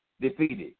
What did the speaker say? defeated